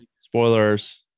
Spoilers